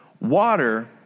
water